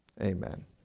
Amen